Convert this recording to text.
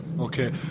Okay